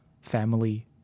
family